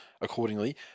accordingly